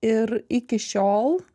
ir iki šiol